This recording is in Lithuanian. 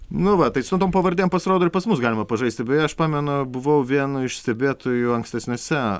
nu va tai su tom pavardėm pasirodo ir pas mus galima pažaisti beje aš pamenu buvau vienu iš stebėtojų ankstesniuose